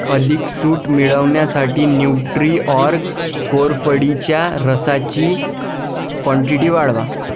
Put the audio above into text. अधिक सूट मिळवण्यासाठी न्यूट्रिऑर्ग कोरफडीच्या रसाची क्वोंटीटी वाढवा